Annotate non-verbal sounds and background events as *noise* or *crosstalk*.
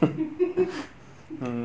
*laughs*